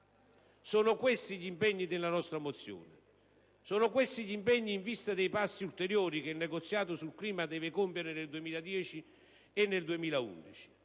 Sono questi gli impegni della nostra mozione. Sono questi gli impegni in vista dei passi ulteriori che il negoziato sul clima deve compiere nel 2010 e nel 2011.